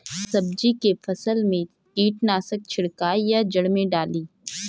सब्जी के फसल मे कीटनाशक छिड़काई या जड़ मे डाली?